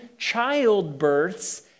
childbirths